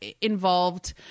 involved